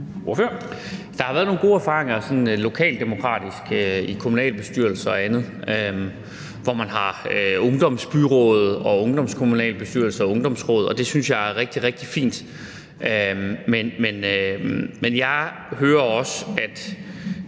Der har været nogle gode erfaringer sådan lokaldemokratisk i kommunalbestyrelser og andet, hvor man har ungdomsbyråd, ungdomskommunalbestyrelser og ungdomsråd, og det synes jeg er rigtig, rigtig fint. Men jeg hører også, at